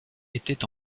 étaient